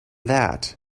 that